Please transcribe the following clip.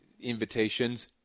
invitations